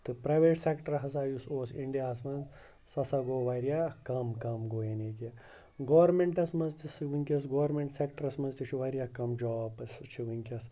تہٕ private sector ہَسا یُس اوس اِنڈیاہَس منٛز سُہ ہَسا گوٚو وارِیاہ کَم کَم گوٚو یعنی کہِ گورمٮ۪نٛٹَس منٛز تہِ سُہ وٕنکٮ۪س گورمٮ۪نٛٹ سٮ۪کٹَرَس منٛز تہِ چھُ وارِیاہ کَم جاب سُہ چھِ وٕنکٮ۪س